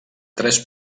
tres